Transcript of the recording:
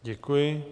Děkuji.